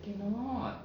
cannot